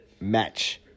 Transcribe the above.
Match